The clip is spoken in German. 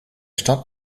stadt